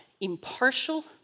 impartial